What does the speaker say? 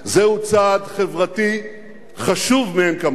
זהו צעד חברתי חשוב מאין כמוהו.